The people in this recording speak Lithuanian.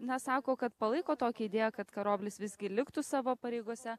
na sako kad palaiko tokią idėją kad karoblis visgi liktų savo pareigose